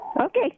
Okay